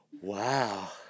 Wow